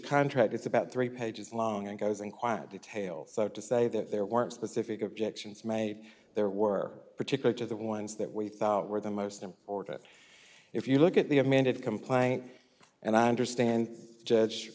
contract it's about three pages long and goes in quiet detail so to say that there weren't specific objections made there were particular to the ones that we thought were the most important if you look at the amended complaint and i understand judge